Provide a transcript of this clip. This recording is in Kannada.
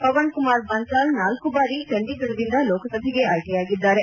ಪವನ್ಕುಮಾರ್ ಬನ್ಬಾಲ್ ನಾಲ್ಲು ಬಾರಿ ಚಂಡೀಗಡದಿಂದ ಲೋಕಸಭೆಗೆ ಆಯ್ಲೆಯಾಗಿದ್ದಾರೆ